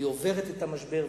היא עוברת את המשבר,